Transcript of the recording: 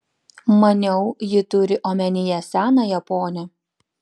maniau ji turi omenyje senąją ponią